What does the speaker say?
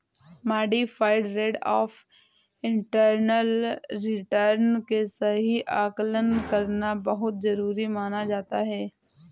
modified rate of internal return के सही आकलन करना बहुत जरुरी माना जाता है